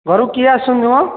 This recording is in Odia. ଘରକୁ କିଏ ଆସିଛନ୍ତି ମ